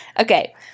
Okay